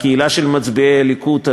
לקהילה של מצביעי הליכוד,